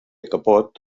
capot